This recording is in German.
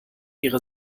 ihre